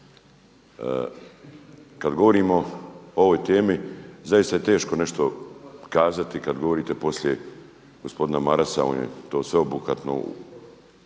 Kada govorimo o ovoj temi, zaista je teško nešto kazati kada govorite poslije gospodina Marasa. On je to sveobuhvatno upriličio